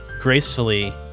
gracefully